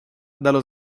dallo